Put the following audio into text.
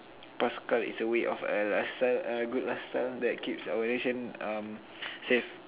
bus cow is a way of a lifestyle a good lifestyle that keeps our relationship um save